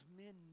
men